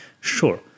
Sure